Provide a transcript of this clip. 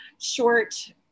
short